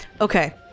Okay